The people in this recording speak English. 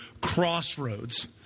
crossroads